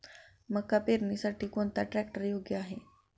मका पेरणीसाठी कोणता ट्रॅक्टर योग्य आहे?